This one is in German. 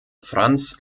franz